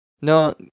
No